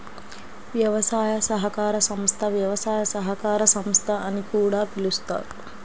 వ్యవసాయ సహకార సంస్థ, వ్యవసాయ సహకార సంస్థ అని కూడా పిలుస్తారు